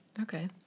Okay